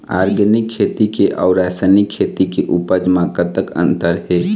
Organic खेती के अउ रासायनिक खेती के उपज म कतक अंतर हे?